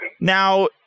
Now